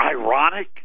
ironic